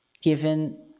given